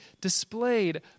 displayed